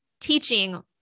teaching